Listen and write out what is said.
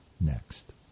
Next